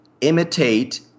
imitate